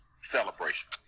Celebration